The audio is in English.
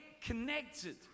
connected